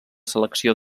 selecció